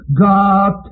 God